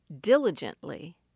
diligently